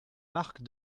marc